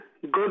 good